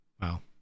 Wow